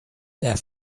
their